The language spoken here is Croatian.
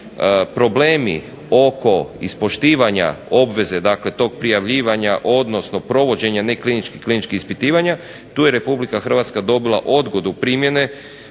problemi oko ispoštivanja obveze tog prijavljivanja odnosno provođenja nekliničkih i kliničkih ispitivanja tu je Republika Hrvatska dobila odgodu primjene